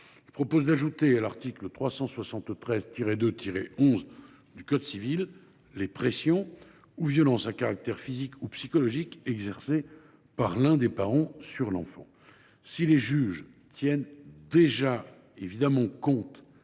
Il prévoit d’ajouter à l’article 373 2 11 du code civil les pressions ou violences, à caractère physique ou psychologique, exercées par l’un des parents sur l’enfant. Si les juges tiennent évidemment déjà compte